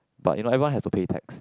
but you know everyone has to pay tax